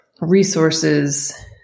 resources